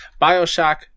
Bioshock